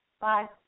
Bye